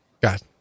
got